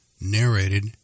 Narrated